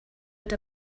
rid